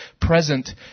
present